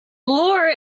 lure